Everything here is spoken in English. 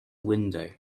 window